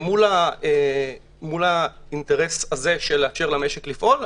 מול האינטרס הזה של לאפשר למשק לפעול,